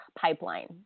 pipeline